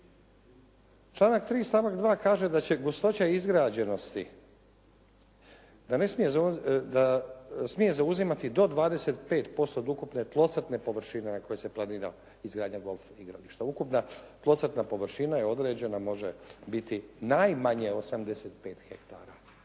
stavak 2. kaže da će gustoća izgrađenosti da smije zauzimati do 25% od ukupne tlocrtne površine na kojoj se planira izgradnja golf igrališta, ukupna tlocrtna površina je određena može biti najmanje 85 hektara.